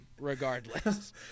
regardless